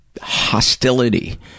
hostility